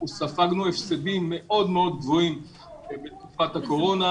אנחנו ספגנו הפסדים מאוד מאוד גבוהים בתקופת הקורונה,